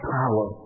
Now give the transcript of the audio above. power